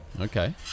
okay